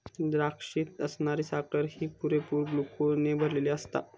द्राक्षात असणारी साखर ही पुरेपूर ग्लुकोजने भरलली आसता